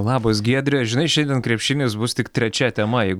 labas giedre žinai šiandien krepšinis bus tik trečia tema jeigu